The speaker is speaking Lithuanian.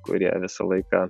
kurie visą laiką